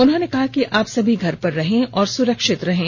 उन्होंने कहा आप सभी घर पर रहें सुरक्षित रहें